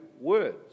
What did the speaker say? words